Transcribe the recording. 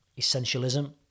Essentialism